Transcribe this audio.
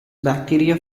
bacteria